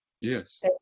Yes